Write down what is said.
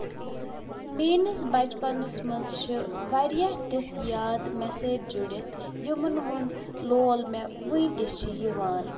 میٲنِس بَچپَنس منٛز چھِ واریاہ تِژھ یاد مےٚ سۭتۍ جُڑِتھ یِمن ہُند لول مےٚ وٕنۍ تہِ چھُ یِوان